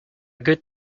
good